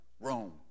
Rome